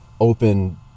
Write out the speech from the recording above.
open